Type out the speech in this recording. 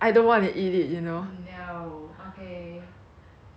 so ya that's why I mean I still think their chicken is like